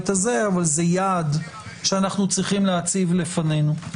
הזה אבל זה יעד שאנחנו צריכים להציב לפנינו.